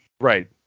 Right